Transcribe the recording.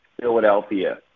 Philadelphia